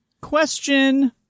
question